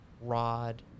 rod